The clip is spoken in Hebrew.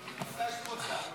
אולי היית לומד שם משהו.